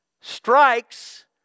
strikes